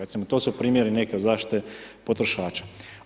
Recimo to su primjeri neke od zaštite potrošača.